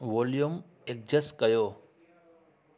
volume adjust कयो